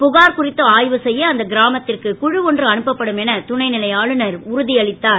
புகார் குறித்து ஆய்வு செய்ய அந்த கிராமத்திற்கு குழு ஒன்று அனுப்பப்படும் என துணைநிலை ஆளுநர் உறுதியளித்தார்